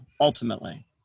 ultimately